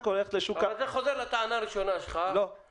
--- אני חוזר לטענה הראשונה שלך,